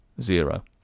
zero